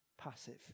passive